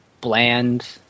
bland